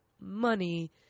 money